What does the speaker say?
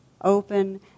open